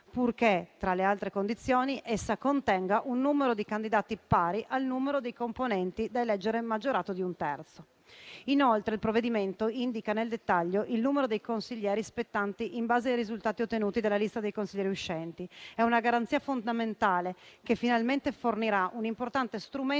purché, tra le altre condizioni, essa contenga un numero di candidati pari al numero dei componenti da eleggere, maggiorato di un terzo. Inoltre, il provvedimento indica nel dettaglio il numero dei consiglieri spettanti in base ai risultati ottenuti dalla lista dei consiglieri uscenti. È una garanzia fondamentale che finalmente fornirà un'importante strumento